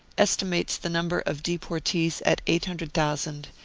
estimates the number of heportees at eight hundred thousand,